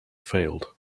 failed